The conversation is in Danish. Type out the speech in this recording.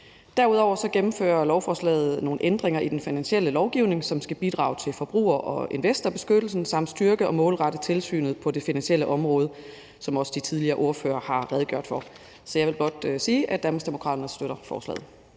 Derudover gennemføres der med lovforslaget nogle ændringer i den finansielle lovgivning, som skal bidrage til forbruger- og investorbeskyttelsen samt styrke og målrette tilsynet på det finansielle område, som også de tidligere ordførere har redegjort for. Så jeg vil blot sige, at Danmarksdemokraterne støtter forslaget.